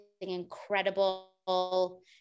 incredible